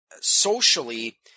socially